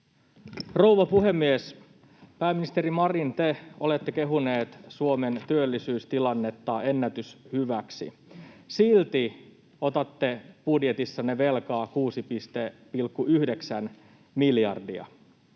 Rouva puhemies! Pääministeri Marin, te olette kehunut Suomen työllisyystilannetta ennätyshyväksi. Silti otatte budjetissanne velkaa 6,9 miljardia